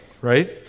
right